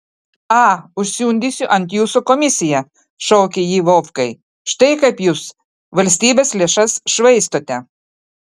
a užsiundysiu ant jūsų komisiją šaukė ji vovkai štai kaip jūs valstybės lėšas švaistote